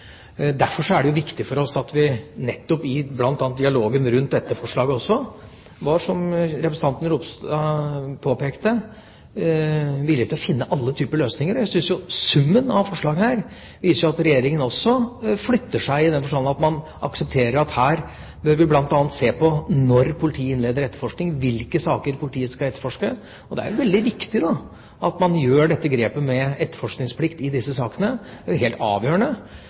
Derfor er det viktig for oss at vi nettopp i bl.a. dialogen rundt dette forslaget, som også representanten Ropstad påpekte, er villige til å finne alle typer løsninger. Jeg syns jo summen av forslag her viser at Regjeringa også flytter seg, i den forstand at man aksepterer at her bør vi bl.a. se på når politiet innleder etterforskning og hvilke saker politiet skal etterforske. Det er veldig viktig at man gjør dette grepet med etterforskningsplikt i disse sakene – det er helt avgjørende.